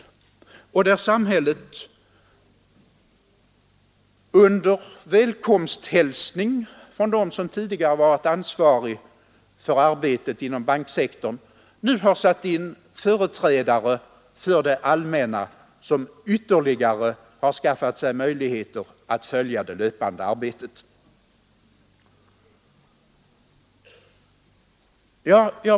Samhället har också, under välkomsthälsning från dem som redan tidigare varit ansvariga för arbetet inom banksektorn, i affärsbanksstyrelserna satt in företrädare för det allmänna, som därigenom ytterligare har skaffat sig möjligheter att följa det löpande arbetet.